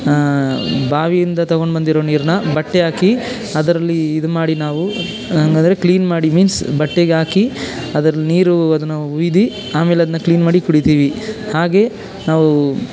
ಬಾವಿಯಿಂದ ತಗೊಂಡು ಬಂದಿರೋ ನೀರನ್ನ ಬಟ್ಟೆ ಹಾಕಿ ಅದ್ರಲ್ಲಿ ಇದು ಮಾಡಿ ನಾವೂ ಹಂಗಾದ್ರೆ ಕ್ಲೀನ್ ಮಾಡಿ ಮೀನ್ಸ್ ಬಟ್ಟೆಗೆ ಹಾಕಿ ಅದ್ರಲ್ಲಿ ನೀರು ಅದನ್ನು ಒಯ್ದು ಆಮೇಲೆ ಅದನ್ನ ಕ್ಲೀನ್ ಮಾಡಿ ಕುಡಿತೀವಿ ಹಾಗೆಯೇ ನಾವೂ